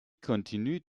continue